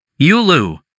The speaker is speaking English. Yulu